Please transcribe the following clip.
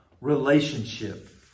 relationship